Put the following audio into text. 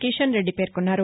కిషన్రెద్ది పేర్కొన్నారు